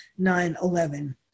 9-11